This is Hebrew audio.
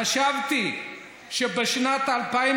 חשבתי שבשנת 2014